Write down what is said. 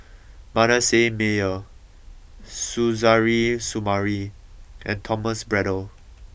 Manasseh Meyer Suzairhe Sumari and Thomas Braddell